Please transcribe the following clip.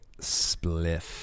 Spliff